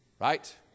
Right